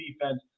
defense